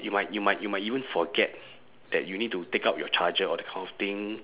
you might you might you might even forget that you need to take out your charger or that kind of thing